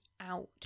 out